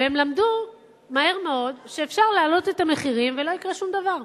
והם למדו מהר מאוד שאפשר להעלות את המחירים ולא יקרה שום דבר,